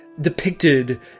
depicted